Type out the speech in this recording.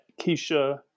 Keisha